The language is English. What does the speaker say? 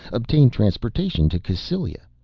obtain transportation to cassylia.